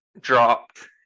dropped